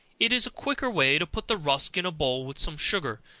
it is a quicker way to put the rusk in a bowl with some sugar,